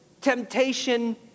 temptation